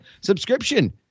subscription